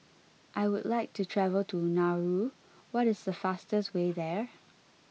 I would like to travel to Nauru what is the fastest way there